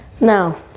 No